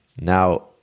now